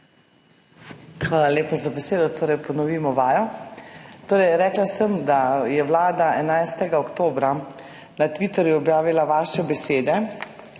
Hvala lepa za besedo. Torej ponovimo vajo. Rekla sem, da je vlada 11. oktobra na Twitterju objavila vaše besede,